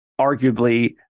arguably